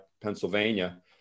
Pennsylvania